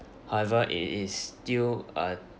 however it is still a